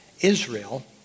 Israel